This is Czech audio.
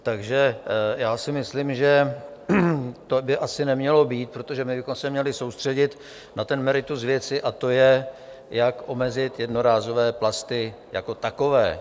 Takže já si myslím, že to by asi nemělo být, protože my bychom se měli soustředit na to meritum věci, a to je, jak omezit jednorázové plasty jako takové.